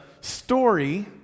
story